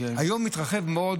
היום התרחב מאוד,